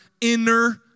inner